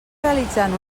realitzant